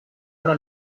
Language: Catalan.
una